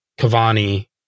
Cavani